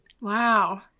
Wow